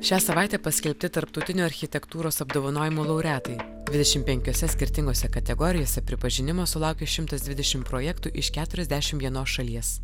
šią savaitę paskelbti tarptautinio architektūros apdovanojimų laureatai dvidešim penkiose skirtingose kategorijose pripažinimo sulaukė šimtas dvidešim projektų iš keturiasdešim vienos šalies